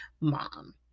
mom